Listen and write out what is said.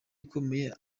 ikomeye